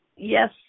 Yes